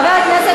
חבר הכנסת